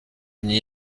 n’y